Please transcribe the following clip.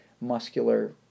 muscular